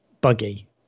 buggy